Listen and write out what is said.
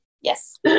yes